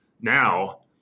now